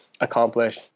accomplish